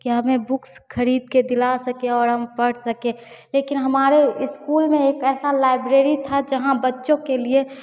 कि हमें बुक्स खरीदकर दिला सकें और हम पढ़ सकें लेकिन हमारे स्कूल में एक ऐसी लाइब्रेरी थी जहाँ बच्चों के लिए